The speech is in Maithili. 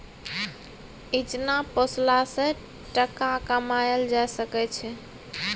इचना पोसला सँ टका कमाएल जा सकै छै